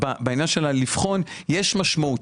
בעניין של הבחינה יש משמעות.